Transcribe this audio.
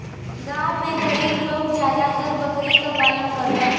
गांव में गरीब लोग जादातर बकरी क पालन करलन